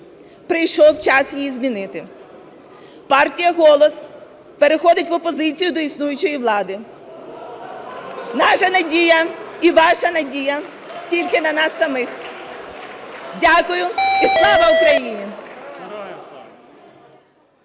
прийшов час її змінити. Партія "Голос" переходить в опозицію до існуючої влади. Наша надія, і ваша надія, тільки на нас самих. Дякую. І слава Україні!